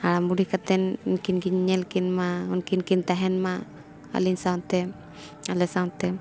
ᱦᱟᱲᱟᱢ ᱵᱩᱲᱦᱤ ᱠᱟᱛᱮᱫ ᱩᱱᱠᱤᱱ ᱜᱤᱧ ᱧᱮᱞ ᱠᱤᱱ ᱢᱟ ᱩᱱᱠᱤᱱ ᱠᱤᱱ ᱛᱟᱦᱮᱱ ᱢᱟ ᱟᱹᱞᱤᱧ ᱥᱟᱶᱛᱮ ᱟᱞᱮ ᱥᱟᱶᱛᱮ